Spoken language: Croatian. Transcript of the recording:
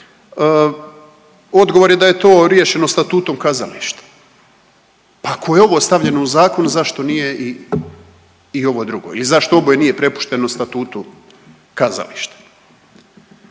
odgovor je da je to riješeno statutom kazališta. Pa ako je ovo stavljeno u Zakon, zašto nije i ovo drugo ili zašto oboje nije prepušteno statutu kazališta?